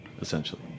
essentially